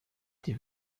die